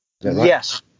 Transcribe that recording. Yes